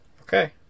Okay